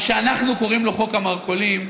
מה שאנחנו קוראים לו "חוק המרכולים"